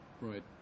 Right